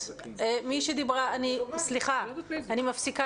ואני מסתכלת על כל התקציב של כל מינהל